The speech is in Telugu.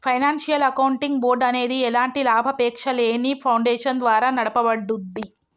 ఫైనాన్షియల్ అకౌంటింగ్ బోర్డ్ అనేది ఎలాంటి లాభాపేక్షలేని ఫౌండేషన్ ద్వారా నడపబడుద్ది